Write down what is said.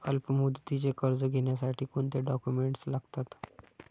अल्पमुदतीचे कर्ज घेण्यासाठी कोणते डॉक्युमेंट्स लागतात?